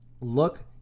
look